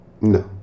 No